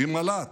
עם מל"ט.